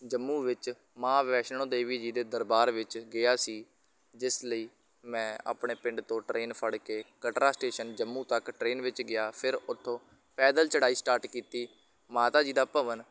ਜੰਮੂ ਵਿੱਚ ਮਾਂ ਵੈਸ਼ਨੋ ਦੇਵੀ ਜੀ ਦੇ ਦਰਬਾਰ ਵਿੱਚ ਗਿਆ ਸੀ ਜਿਸ ਲਈ ਮੈਂ ਆਪਣੇ ਪਿੰਡ ਤੋਂ ਟ੍ਰੇਨ ਫੜ ਕੇ ਕਟਰਾ ਸਟੇਸ਼ਨ ਜੰਮੂ ਤੱਕ ਟ੍ਰੇਨ ਵਿੱਚ ਗਿਆ ਫਿਰ ਉੱਥੋਂ ਪੈਦਲ ਚੜ੍ਹਾਈ ਸਟਾਰਟ ਕੀਤੀ ਮਾਤਾ ਜੀ ਦਾ ਭਵਨ